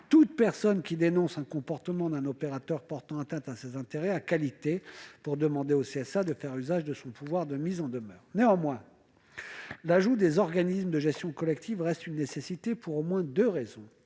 toute personne qui dénonce un comportement d'un opérateur portant atteinte à ses intérêts a qualité pour demander au CSA de faire usage de son pouvoir de mise en demeure ». Néanmoins, l'ajout dans la loi des organismes de gestion collective reste une nécessité, pour au moins deux raisons.